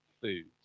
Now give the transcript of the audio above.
foods